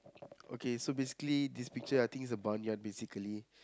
okay so basically this picture I think is a barnyard basically